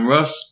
Russ